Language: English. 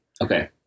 Okay